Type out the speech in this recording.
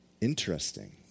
Interesting